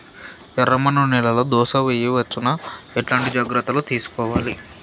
ఎర్రమన్ను నేలలో దోస వేయవచ్చునా? ఎట్లాంటి జాగ్రత్త లు తీసుకోవాలి?